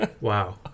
Wow